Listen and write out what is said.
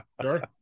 Sure